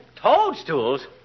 Toadstools